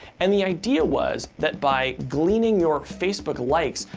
and the idea was, that by gleaning your facebook likes,